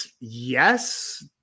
Yes